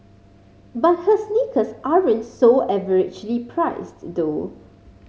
but her sneakers aren't so averagely priced though